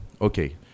Okay